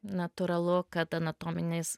natūralu kad anatominis